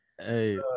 Hey